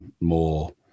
more